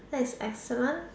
that's excellent